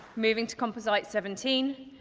moving to composite seventeen,